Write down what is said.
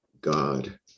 God